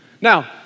Now